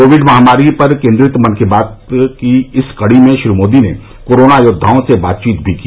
Covid महामारी पर केन्द्रित मन की बात की इस कड़ी में श्री मोदी ने कोरोना योद्वाओं र्स बातचीत भी की